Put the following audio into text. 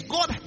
God